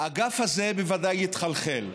האגף הזה בוודאי יתחלחל.